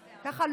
ככה,